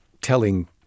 telling